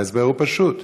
וההסבר הוא פשוט: